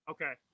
Okay